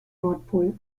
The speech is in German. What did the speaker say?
nordpol